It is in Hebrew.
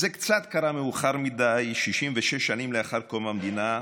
זה קרה קצת מאוחר מדי, 66 שנים לאחר קום המדינה,